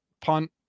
punt